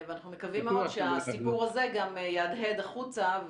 אנחנו מקווים מאוד שהסיפור הזה גם יהדהד החוצה,